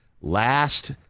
last